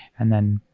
and then